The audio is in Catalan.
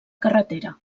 carretera